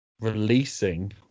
releasing